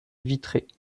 vitré